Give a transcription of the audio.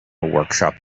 workshop